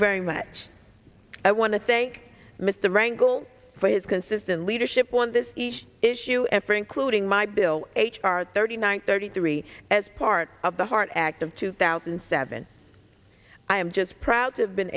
very much i want to thank mr rangle for his consistent leadership on this each issue effort including my bill h r thirty nine thirty three as part of the heart act of two thousand and seven i am just proud to have been